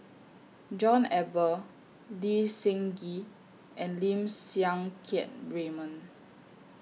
John Eber Lee Seng Gee and Lim Siang Keat Raymond